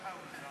חמש דקות.